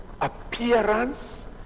appearance